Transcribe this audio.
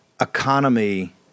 economy